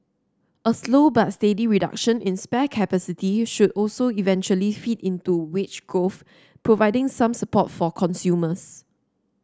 a slow but steady reduction in spare capacity should also eventually feed into wage growth providing some support for consumers